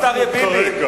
אנחנו כרגע